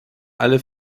alle